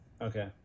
okay